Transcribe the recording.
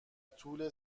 طول